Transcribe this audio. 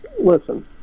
Listen